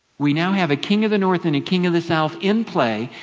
we now have a king of the north and a king of the south in play,